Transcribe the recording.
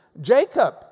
Jacob